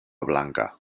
blanca